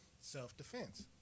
self-defense